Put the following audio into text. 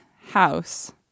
house